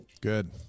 Good